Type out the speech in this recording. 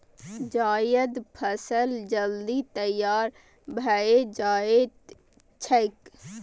जायद फसल जल्दी तैयार भए जाएत छैक